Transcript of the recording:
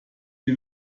die